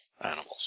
animals